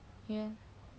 ya